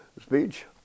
speech